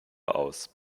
aus